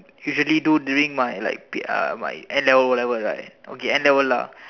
usually do during my like P uh my N-level O-level right okay N-level lah